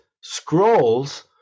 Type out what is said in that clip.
scrolls